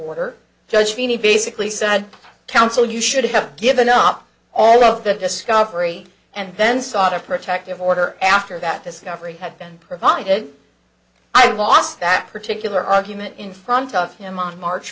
order judge feeney basically said counsel you should have given up all of that discovery and then sought a protective order after that discovery had been provided i lost that particular argument in front of him on march